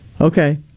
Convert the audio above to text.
Okay